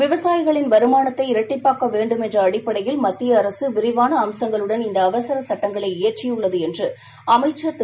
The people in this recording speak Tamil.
விவசாயிகளின் வருமானத்தை இரட்டிப்பாக்க வேண்டும் என்ற அடிப்படையில் மத்திய அரசு விரிவாள அம்சங்களுடன் இந்த அவசர சட்டங்களை இயற்றியுள்ளது என்று அமைச்சர் திரு